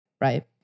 right